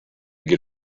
get